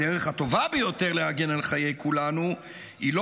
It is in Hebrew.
הדרך הטובה ביותר להגן על חיי כולנו היא לא